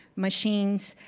machines,